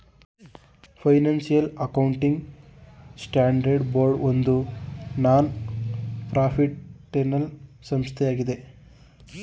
financial accounting standard board ಒಂದು non ಪ್ರಾಫಿಟ್ಏನಲ್ ಸಂಸ್ಥೆಯಾಗಿದೆ